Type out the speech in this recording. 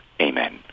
Amen